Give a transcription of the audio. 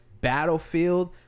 battlefield